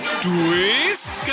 Twist